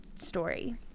story